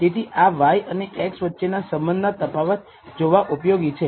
તેથી આ y અને x વચ્ચેના સંબંધના તફાવત જોવા ઉપયોગી છે